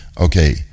Okay